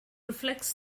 reflects